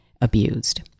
abused